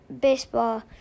baseball